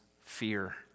fear